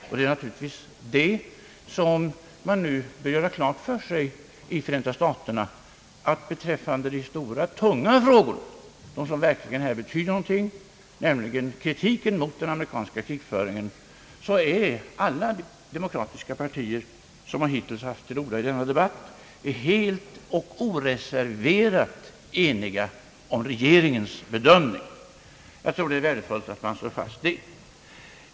Och det är naturligtvis detta man nu bör göra klart för sig i Förenta staterna: beträffande de stora, tunga frågorna — det som verkligen här betyder någonting, kritiken motden amerikanska krigföringen — är alla de mokratiska partier i vårt land och de talare, som hittills haft ordet i denna debatt, helt och oreserverat eniga om regeringens bedömning. Jag tror att det är värdefullt att man slår fast detta.